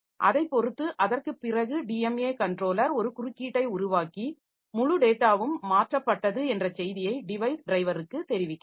அதைப் பொறுத்து அதற்குப் பிறகு டிஎம்ஏ கன்ட்ரோலர் ஒரு குறுக்கீட்டை உருவாக்கி முழு டேட்டாவும் மாற்றப்பட்டது என்ற செய்தியை டிவைஸ் டிரைவருக்கு தெரிவிக்கிறது